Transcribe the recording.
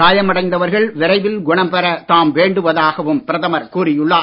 காயமடைந்தவர்கள் விரைவில் குணம் பெற தாம் வேண்டுவதாகவும் பிரதமர் கூறியுள்ளார்